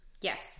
Yes